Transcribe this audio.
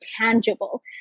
tangible